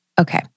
okay